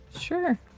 Sure